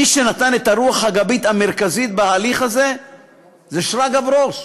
מי שנתן את הרוח הגבית המרכזית בהליך הזה זה שרגא ברוש.